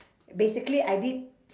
basically I did